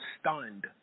stunned